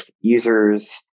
users